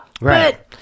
right